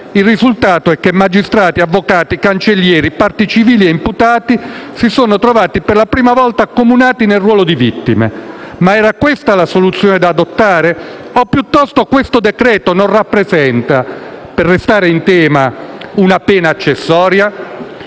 Il risultato è che magistrati, avvocati, cancellieri, parti civili e imputati si sono trovati per la prima volta accomunati nel ruolo di vittime. Ma era questa la soluzione da adottare o piuttosto questo decreto non rappresenta, per restare in tema, una pena accessoria?